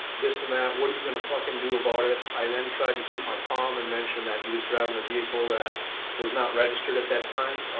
this and that, what're ya gonna fucking do about it? i then tried to keep my calm and mention that he was driving a vehicle that was not registered at that time.